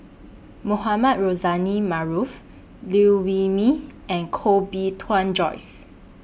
Mohamed Rozani Maarof Liew Wee Mee and Koh Bee Tuan Joyce